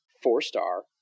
four-star